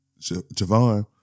Javon